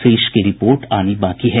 शेष की रिपोर्ट आनी बाकी है